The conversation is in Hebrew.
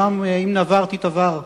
אומנם עם נבר תיתבר,